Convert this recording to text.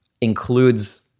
Includes